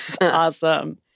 Awesome